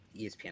espn